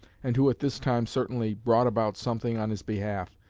and who at this time certainly brought about something on his behalf,